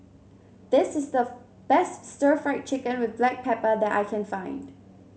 this is the best stir Fry Chicken with Black Pepper that I can find